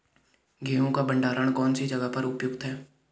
गेहूँ का भंडारण कौन सी जगह पर उपयुक्त है?